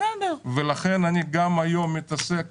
ולכן גם היום אני מתעסק בתחום הכלכלה.